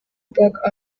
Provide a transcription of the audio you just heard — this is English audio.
buck